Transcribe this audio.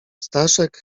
staszek